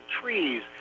trees